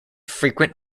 frequent